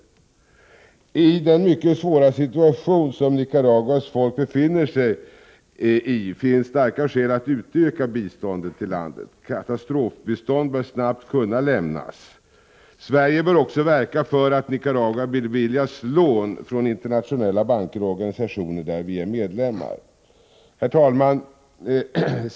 På grund av den mycket svåra situation som Nicaraguas folk befinner sig i finns det starka skäl att utöka biståndet till landet. Katastrofbistånd bör snabbt kunna lämnas. Sverige bör också verka för att Nicaragua beviljas lån från internationella banker och organisationer där vi är medlemmar. Herr talman!